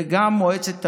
ובמועצת הנגב,